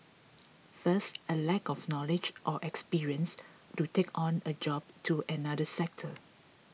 first a lack of knowledge or experience to take on a job to another sector